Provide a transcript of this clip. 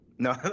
No